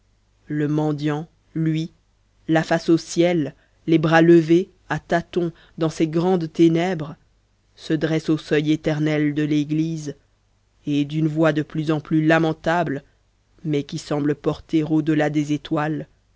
le mendiant lui la face au ciel les bras levés à tâtons dans ses grandes ténèbres se dresse au seuil éternel de l'église et d'une voix de plus en plus lamentable mais qui semble porter au-delà des étoiles